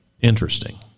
Interesting